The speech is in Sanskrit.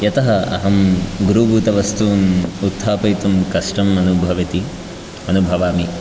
यतः अहं गुरुभूतवस्तूनि उत्थापयितुं कष्टम् अनुभवति अनुभवामि